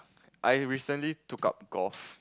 I recently took up golf